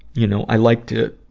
you know, i like to,